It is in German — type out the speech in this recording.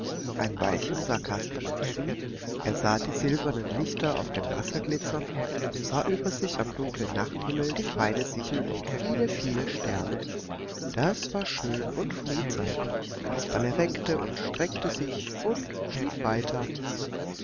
ein weilchen sah kasperle zu er sah die silbernen lichter auf dem wasser glitzern und sah über sich am dunklen nachthimmel die feine sichel und viele viele sterne das war schön und friedsam kasperle reckte und streckte sich und schlief weiter